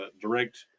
direct